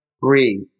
Breathe